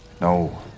No